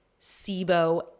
SIBO